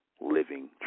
living